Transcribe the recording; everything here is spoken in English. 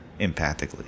empathically